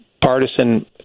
partisan